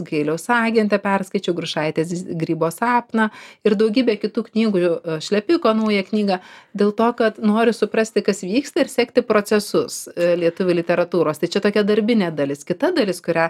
gailiaus agentę perskaičiau grušaitės grybo sapną ir daugybė kitų knygų jų šlepiko naują knygą dėl to kad noriu suprasti kas vyksta ir sekti procesus lietuvių literatūros tai čia tokia darbinė dalis kita dalis kurią